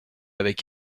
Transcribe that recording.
avec